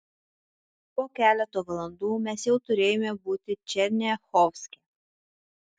po keleto valandų mes jau turėjome būti černiachovske